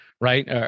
right